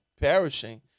perishing